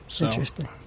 Interesting